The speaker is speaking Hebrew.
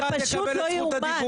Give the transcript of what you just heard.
זה פשוט לא יאומן.